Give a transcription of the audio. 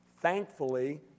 Thankfully